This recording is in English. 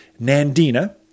Nandina